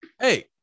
Hey